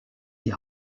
die